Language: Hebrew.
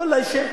ואללה, אישר.